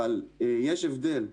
אבל יש הבדל,